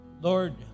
Lord